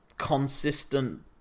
consistent